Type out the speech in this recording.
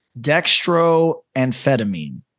dextroamphetamine